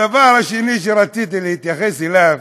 הדבר השני שרציתי להתייחס אליו: